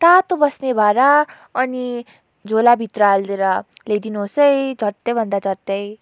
तातो बस्ने भाँडा अनि झोलाभित्र हालिदिएर ल्याइदिनुहोस् है झट्टैभन्दा झट्टै